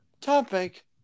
Topic